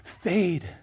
fade